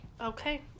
Okay